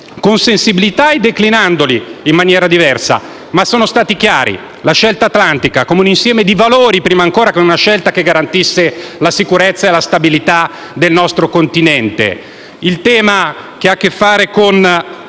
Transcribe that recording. con sensibilità e declinandoli in maniera diversa, ma sono stati chiari: la scelta atlantica come un insieme di valori prima ancora che come scelta che garantisse la sicurezza e la stabilità del nostro continente; la scelta europea